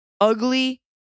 Ugly